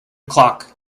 clock